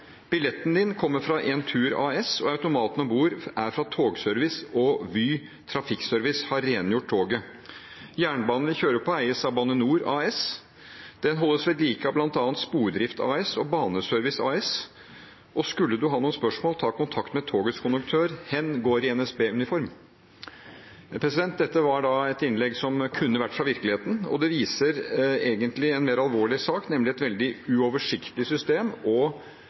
Billetten din kommer fra Entur AS. Automaten om bord er fra Togservice og Vy trafikkservice har rengjort toget. Jernbanen vi kjører på eies av BaneNor AS. Den holdes vedlike av blant annet; Spordrift AS og Baneservice AS. Skulle du ha noen spørsmål, ta kontakt med togets konduktør, hen går i NSB uniform.» Dette innlegget kunne vært fra virkeligheten, og det viser egentlig en mer alvorlig sak, nemlig et veldig uoversiktlig system